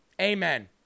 Amen